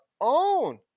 own